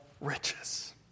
riches